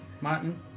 Martin